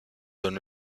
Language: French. donne